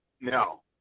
No